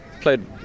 played